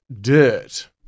dirt